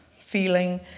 feeling